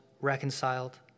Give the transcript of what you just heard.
reconciled